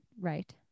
right